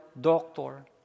doctor